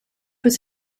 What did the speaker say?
was